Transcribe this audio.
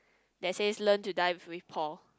that says learn to dive with Paul